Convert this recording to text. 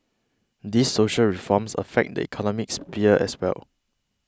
these social reforms affect the economic sphere as well